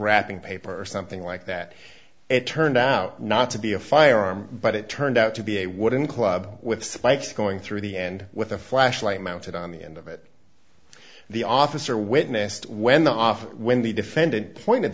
wrapping paper or something like that it turned out not to be a firearm but it turned out to be a wooden club with spikes going through the end with a flashlight mounted on the end of it the officer witnessed when the off when the defendant pointed